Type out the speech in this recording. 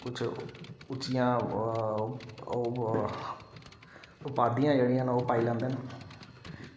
किश उच्चियां उपाधियां जेह्ड़ियां न ओह् पाई लैंदे न